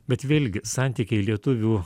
bet vėlgi santykiai lietuvių